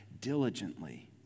diligently